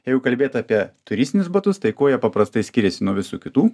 jeigu kalbėt apie turistinius batus tai kuo jie paprastai skiriasi nuo visų kitų